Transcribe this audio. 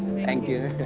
thank you.